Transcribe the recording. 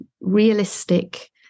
realistic